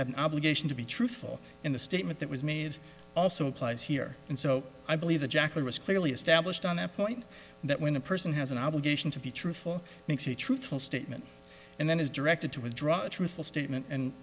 had an obligation to be truthful in the statement that was made also applies here and so i believe the jacket was clearly established on that point that when a person has an obligation to be truthful truthful statement and then is directed to withdraw a truthful statement and